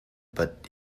but